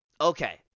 Okay